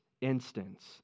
instance